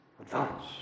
advance